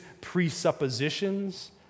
presuppositions